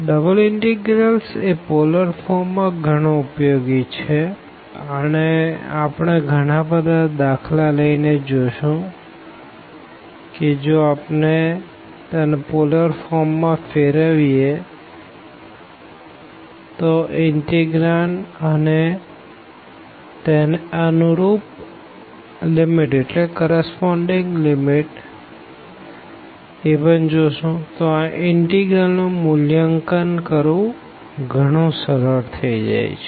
double integrals એ polar form માં ઘણા ઉપયોગી છેઅને આપણે ઘણા બધા દાખલા લઇ ને જોશું કે જો આપણે પોલર ફોર્મ માં ફેરવીએ તો ઇનતેગ્રાંડ અને તેને કરસપોનડીંગ લીમીટ તો આ ઇનટીગ્રલ નું મુલ્યાંકન કરવું ગણું સરળ થઇ જાય છે